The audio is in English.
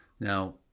Now